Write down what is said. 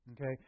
Okay